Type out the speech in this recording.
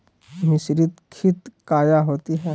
मिसरीत खित काया होती है?